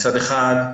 מצד אחד,